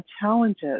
challenges